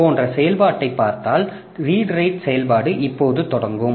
போன்ற செயல்பாட்டைப் பார்த்தால் ரீடு ரைட் செயல்பாடு இப்போது தொடங்கும்